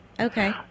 Okay